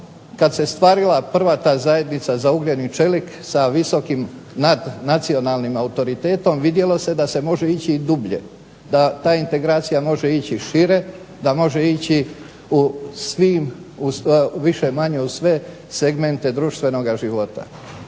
kada se stvorila ta prva ta zajednica za ugljen i čelik sa visokim nadnacionalnim autoritetom vidjelo se da se može ići i dublje, da ta integracija može ići šire, da može ići u svim više-manje u sve segmente društvenoga života.